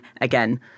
again